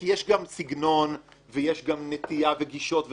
כי יש גם סגנון ויש גם נטייה וגישות וכו',